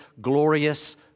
glorious